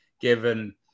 given